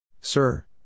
Sir